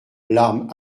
larmes